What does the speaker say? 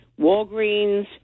Walgreens